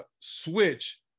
switch